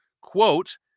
quote